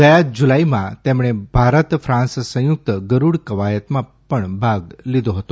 ગયા જુલાઇમાં તેમણે ભારત ફાન્સ સંયુક્ત ગરૂડ કવાયતમાં ભાગ લીધો હતો